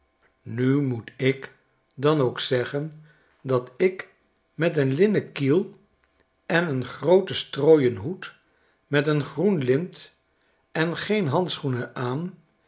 nu moet ik dan ook zeggen dat ik met een linnen kiel en een grooten strooien hoed met een groen lint en geen handschoenen aan